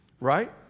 Right